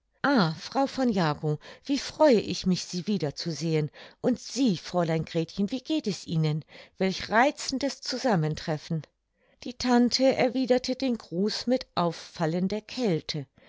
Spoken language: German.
frau von jagow wie freue ich mich sie wieder zu sehen und sie fräulein gretchen wie geht es ihnen welch reizendes zusammentreffen die tante erwiederte den gruß mit auffallender kälte